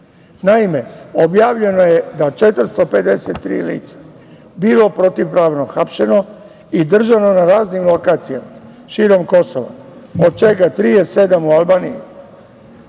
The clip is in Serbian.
Naime, objavljeno je da je 453 lica bilo protivpravno hapšeno i držano na raznim lokacijama širom Kosova, od čega 37 u Albaniji,